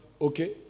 okay